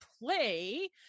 play